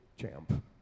champ